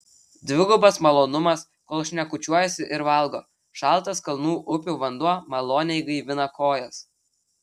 dvigubas malonumas kol šnekučiuojasi ir valgo šaltas kalnų upių vanduo maloniai gaivina kojas